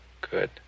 Good